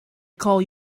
call